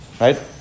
Right